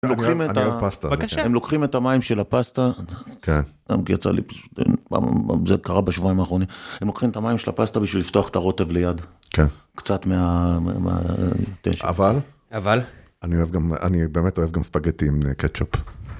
הם לוקחים את ה... -אני אוהב פסטה -בבקשה -הם לוקחים את המים של הפסטה -כן -גם יצא לי פשוט, גם זה קרה בשבועיים האחרונים. הם לוקחים את המים של הפסטה בשביל לפתוח את הרוטב ליד. -כן -קצת מה... -אבל... -אבל? -אני באמת אוהב גם ספגטי עם קטשופ.